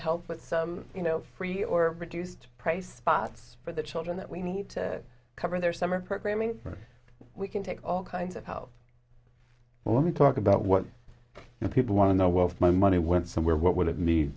help with some you know free or reduced price spots for the children that we need to cover their summer programming we can take all kinds of help but let me talk about what people want to know well my money went somewhere what would it be